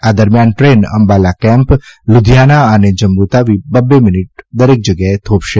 આ દરમિયાન train Ambala camp Ludhiana અને જમ્મુ તાવી બબ્બે મિનિટ દરેક જગ્યાએ થોભશે